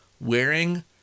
wearing